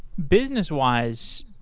businesswise,